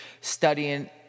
studying